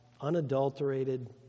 unadulterated